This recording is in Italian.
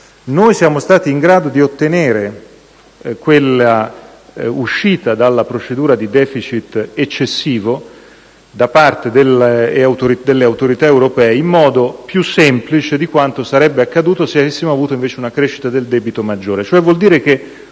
poco, siamo stati in grado di uscire dalla procedura di *deficit* eccessivo aperta dalle autorità europee in modo più semplice di quanto sarebbe accaduto se avessimo avuto invece una crescita del debito maggiore.